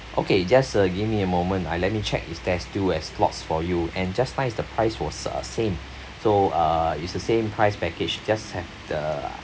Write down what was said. okay just uh give me a moment I let me check is there still has slots for you and just nice the price was uh same so uh it's the same price package just have the